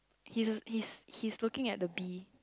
he's he's he's looking at the bee